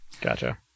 Gotcha